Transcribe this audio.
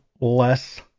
less